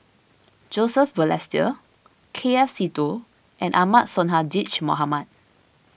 Joseph Balestier K F Seetoh and Ahmad Sonhadji Mohamad